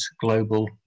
global